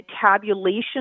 tabulation